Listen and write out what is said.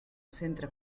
centre